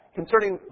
concerning